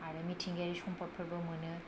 आरो मिथिंगायारि सम्फदफोरबो मोनो